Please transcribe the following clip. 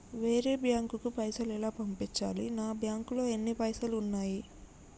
వేరే బ్యాంకుకు పైసలు ఎలా పంపించాలి? నా బ్యాంకులో ఎన్ని పైసలు ఉన్నాయి?